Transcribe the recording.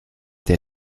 der